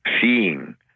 seeing